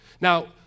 Now